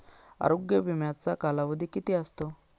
आरोग्य विम्याचा कालावधी किती असतो?